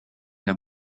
der